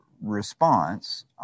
response